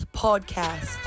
podcast